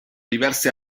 diverse